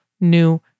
new